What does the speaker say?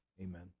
Amen